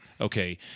Okay